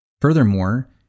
Furthermore